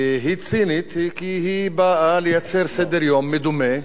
היא צינית, כי היא באה לייצר סדר-יום מדומה,